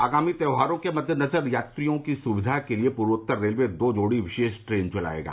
आगामी त्यौहारों के मद्देनजर यात्रियों की सुविधा के लिए पूर्वोत्तर रेलवे दो जोड़ी विशेष ट्रेन चलाएगा